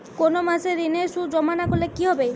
কোনো মাসে ঋণের সুদ জমা না করলে কি হবে?